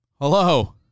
Hello